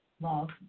Love